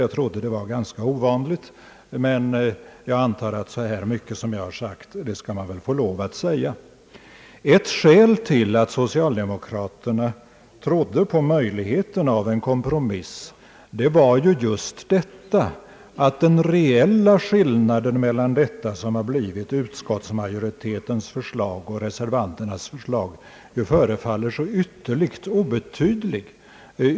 Jag trodde att det var ganska ovanligt, men jag antar att så här mycket som jag har sagt skall man väl få lov att säga. Ett skäl till att socialdemokraterna trodde på möjligheten av en kompromiss var just det förhållandet att den reella skillnaden mellan vad som blivit utskottsmajoritetens förslag och reservanternas förslag förefaller vara så ytterligt obetydlig.